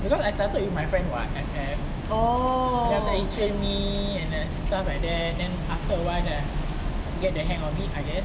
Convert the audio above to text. because I started with my friend what F_F and then after that he trained me and then stuff like that then after a while then I get the hang of it I guess